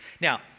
Now